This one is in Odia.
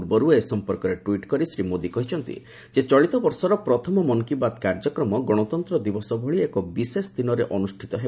ପୂର୍ବରୁ ଏ ସମ୍ପର୍କରେ ଟ୍ୱିଟ୍ କରି ଶ୍ରୀ ମୋଦି କହିଛନ୍ତି ଜଳିତ ବର୍ଷର ପ୍ରଥମ ମନ୍ କୀ ବାତ୍ କାର୍ଯ୍ୟକ୍ରମ ଗଣତନ୍ତ୍ର ଦିବସ ଭଳି ଏକ ବିଶେଷ ଦିବସରେ ଅନୁଷ୍ଠିତ ହେବ